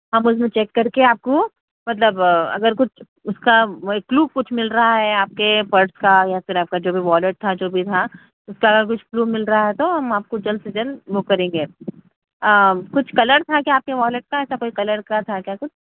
ہم اُس میں چیک کر کے آپ کو مطلب اگر کچھ اُس کا کلو کچھ مِل رہا ہے آپ کے پرس کا یا پھر آپ کا جو بھی وایلٹ تھا جو بھی تھا اُس کا کچھ کلو مِل رہا ہے تو ہم آپ کو جلد سے جلد وہ کریں گے کچھ کلر تھا کیا آپ کے وایلٹ کا ایسا کوئی کلر کا تھا کیا کچھ